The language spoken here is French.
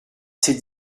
ces